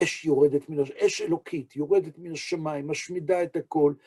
אש יורדת מן השמיים, אש אלוקית יורדת מן השמיים, משמידה את הכל.